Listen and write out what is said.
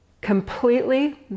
completely